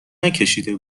نکشیده